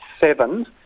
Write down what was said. seven